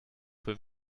für